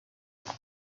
kuko